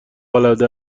العاده